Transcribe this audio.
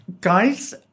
Guys